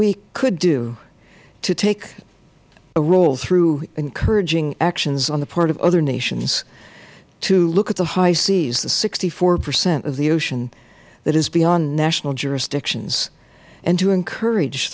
we could do is to take a role through encouraging actions on the part of other nations to look at the high seas the sixty four percent of the ocean that is beyond national jurisdictions and to encourage